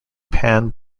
pan